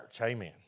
Amen